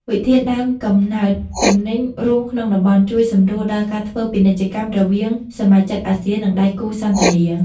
វិធានដើមកំណើតទំនិញរួមក្នុងតំបន់ ជួយសម្រួលដល់ការធ្វើពាណិជ្ជកម្មរវាងសមាជិកអាស៊ាន និងដៃគូសន្ទនា។